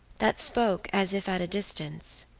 that spoke as if at a distance,